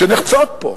שנחצים פה.